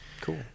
Cool